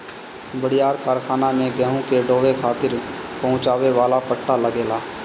बड़ियार कारखाना में गेहूं के ढोवे खातिर पहुंचावे वाला पट्टा लगेला